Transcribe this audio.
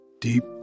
deep